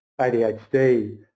ADHD